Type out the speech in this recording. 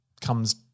comes